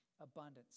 abundance